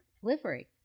delivery